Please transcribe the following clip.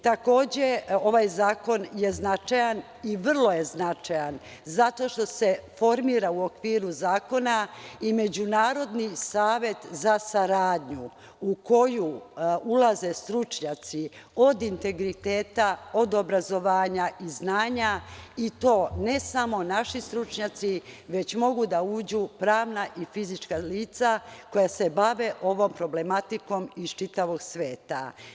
Takođe, ovaj zakon je vrlo značajan zato što se formira u okviru zakona i međunarodni savet za saradnju u koju ulaze stručnjaci od integriteta, od obrazovanja i znanja i to ne samo naši stručnjaci, već mogu da uđu pravna i fizička lica koja se bave ovom problematikom iz čitavog sveta.